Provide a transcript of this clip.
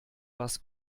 was